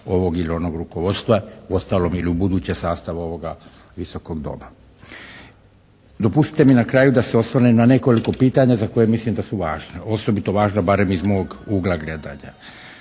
ovog ili onog rukovodstva, uostalom ili u buduće sastav ovoga Visokog doma. Dopustite mi na kraju da se osvrnem na nekoliko pitanja za koja mislim da su važna, osobito važna barem iz mog ugla gledanja.